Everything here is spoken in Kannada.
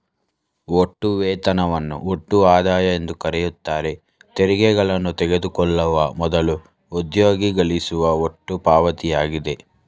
ಒಟ್ಟು ವೇತನವನ್ನು ಒಟ್ಟು ಆದಾಯ ಎಂದುಕರೆಯುತ್ತಾರೆ ತೆರಿಗೆಗಳನ್ನು ತೆಗೆದುಕೊಳ್ಳುವ ಮೊದಲು ಉದ್ಯೋಗಿ ಗಳಿಸುವ ಒಟ್ಟು ಪಾವತಿಯಾಗಿದೆ